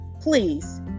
please